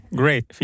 great